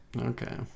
Okay